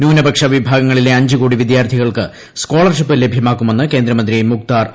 ന്യൂനപക്ഷ വിഭാഗങ്ങളിലെ അഞ്ച് കോടി വിദ്യാർത്ഥികൾക്ക് സ്കോളർഷിപ്പ് ലഭ്യമാക്കുമെന്ന് കേന്ദ്രമന്ത്രി മുക്താർ അബ്ബാസ് നഖ്പി